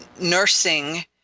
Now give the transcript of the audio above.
nursing